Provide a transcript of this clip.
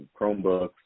Chromebooks